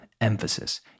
emphasis